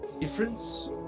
Difference